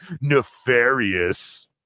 nefarious